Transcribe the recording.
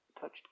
touched